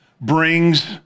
brings